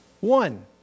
One